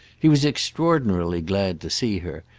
he was extraordinarily glad to see her,